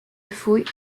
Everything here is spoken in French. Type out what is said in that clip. fouilles